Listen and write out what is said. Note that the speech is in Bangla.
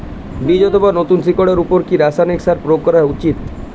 বীজ অথবা নতুন শিকড় এর উপর কি রাসায়ানিক সার প্রয়োগ করা উচিৎ?